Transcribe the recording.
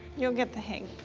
you'll get the hang.